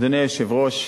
אדוני היושב-ראש,